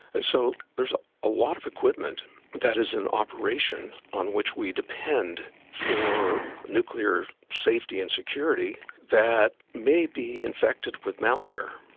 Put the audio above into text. and so there's a lot of equipment that is in operation on which we depend for nuclear safety and security that may be infected with malware.